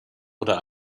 oder